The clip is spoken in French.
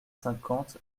cinquante